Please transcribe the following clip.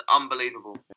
unbelievable